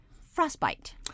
frostbite